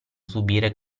subire